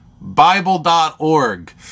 Bible.org